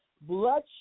blood